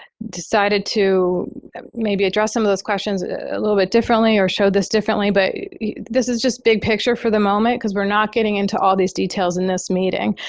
decided to maybe address some of those questions a little bit differently or show this differently. but this is just big picture for the moment because we're not getting into all these details in this meeting.